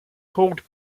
called